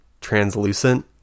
translucent